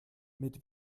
mit